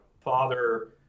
father